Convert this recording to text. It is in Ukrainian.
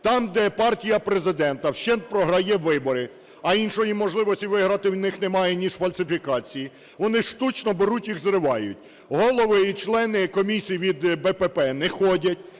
Там, де партія Президента вщент програє вибори, а іншої можливості виграти у них немає, ніж фальсифікації, вони штучно беруть, їх зривають. Голови і члени комісії від БПП не ходять,